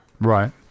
Right